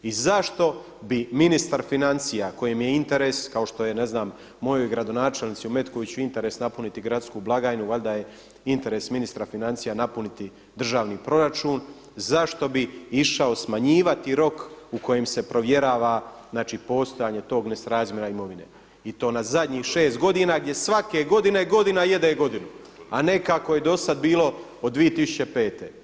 I zašto bi ministar financija kojem je interes kao što je ne znam mojoj gradonačelnici u Metkoviću interes napuniti gradsku blagajnu, valjda je interes ministra financija napuniti državni proračun, zašto bi išao smanjivati rok u kojem se provjerava znači postojanje tog nesrazmjera imovine i to na zadnjih šest godina, gdje svake godine godina jede godinu, a ne kako je do sad bilo od 2005.